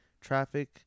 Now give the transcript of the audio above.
traffic